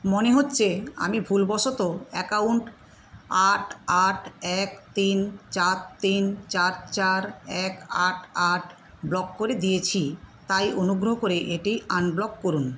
মনে হচ্ছে আমি ভুলবশত অ্যাকাউন্ট আট আট এক তিন চার তিন চার চার এক আট আট ব্লক করে দিয়েছি তাই অনুগ্রহ করে এটি আনব্লক করুন